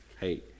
Hey